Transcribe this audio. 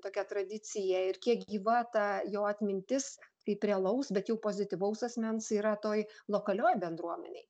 tokia tradicija ir kiek gyva ta jo atmintis kaip realaus bet jų pozityvaus asmens yra toj lokalioj bendruomenėj